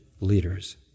leaders